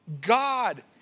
God